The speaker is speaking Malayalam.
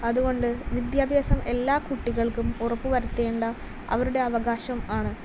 അതുകൊണ്ട് വിദ്യാഭ്യാസം എല്ലാ കുട്ടികൾക്കും ഉറപ്പ് വരുത്തേണ്ട അവരുടെ അവകാശം ആണ്